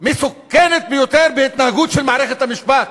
מסוכנת ביותר בהתנהגות של מערכת המשפט.